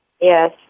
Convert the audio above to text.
Yes